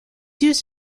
used